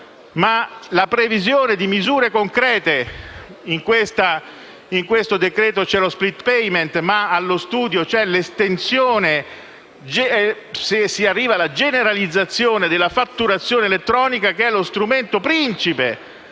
ma la previsione di misure concrete. In questo decreto-legge c'è lo *split payment*, ma allo studio c'è anche l'estensione e la generalizzazione della fatturazione elettronica, che è lo strumento principe